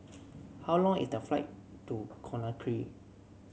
how long is the flight to Conakry